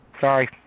Sorry